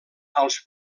als